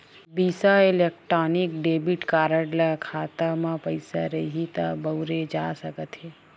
बिसा electronic debit card ल खाता म पइसा रइही त बउरे जा सकत हे